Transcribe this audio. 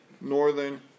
northern